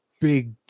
big